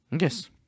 Yes